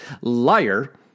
liar